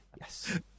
Yes